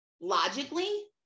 logically